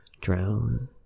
drown